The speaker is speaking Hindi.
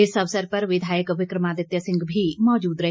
इस अवसर पर विधायक विक्रमादित्य सिंह भी मौजूद रहे